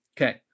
Okay